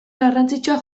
garrantzitsua